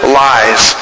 lies